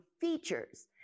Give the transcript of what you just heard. features